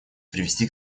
привести